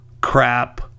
crap